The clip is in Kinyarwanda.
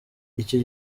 iki